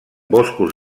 boscos